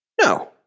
No